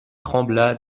trembla